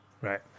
Right